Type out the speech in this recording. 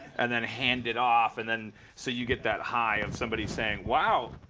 and then hand it off, and then so you get that high of somebody saying, wow,